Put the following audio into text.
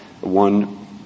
one